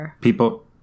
people